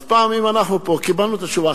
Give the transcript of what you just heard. פעם, אם אנחנו פה, קיבלנו את התשובה.